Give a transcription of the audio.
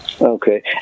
Okay